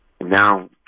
Now